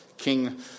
King